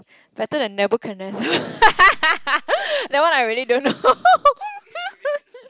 better than that one I really don't know